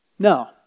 No